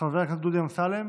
חבר הכנסת דודי אמסלם,